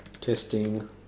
testing